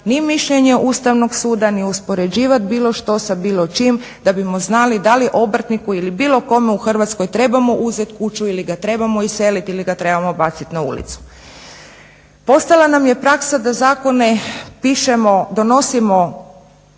ni mišljenje Ustavnog suda ni uspoređivati bilo što sa bilo čime da bismo znali da li obrtniku ili bilo kome u Hrvatskoj trebamo uzeti kuću ili ga trebamo useliti ili ga trebamo baciti na ulicu. Postala nam je praksa da zakone pišemo,